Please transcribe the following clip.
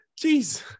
Jeez